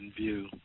View